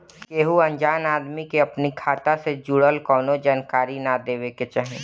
केहू अनजान आदमी के अपनी खाता से जुड़ल कवनो जानकारी ना देवे के चाही